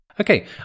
okay